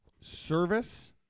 Service